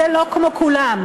זה לא כמו כולם.